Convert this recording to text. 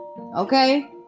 Okay